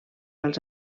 als